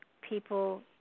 people